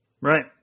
right